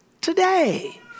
today